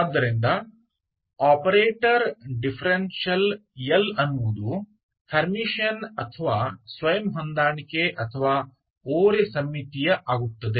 ಆದ್ದರಿಂದ operator differential L ಅನ್ನುವುದು Hermitian ಅಥವಾ ಸ್ವಯಂ ಹೊಂದಾಣಿಕೆ ಅಥವಾ ಓರೆ ಸಮ್ಮಿತೀಯ ಆಗುತ್ತದೆ